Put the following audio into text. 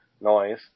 noise